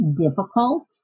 difficult